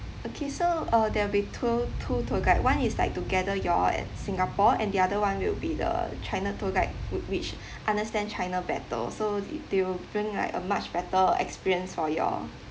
okay so uh there'll be two two tour guide one is like to gather you'll at singapore and the other one will be the china tour guide would which understand china better so it they will bring like a much better experience for you'll